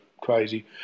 crazy